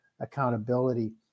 accountability